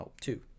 Two